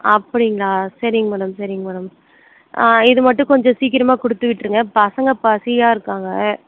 அப்படிங்களா சரிங்க மேடம் சரிங்க மேடம் இது மட்டும் கொஞ்சம் சீக்கிரமாக கொடுத்து விட்டுருங்க பசங்க பசியாக இருக்காங்க